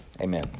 Amen